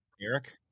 Eric